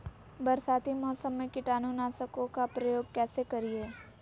बरसाती मौसम में कीटाणु नाशक ओं का प्रयोग कैसे करिये?